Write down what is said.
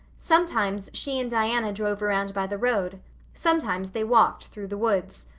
sometimes she and diana drove around by the road sometimes they walked through the woods.